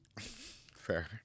Fair